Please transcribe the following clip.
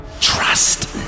Trust